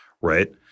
right